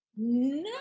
no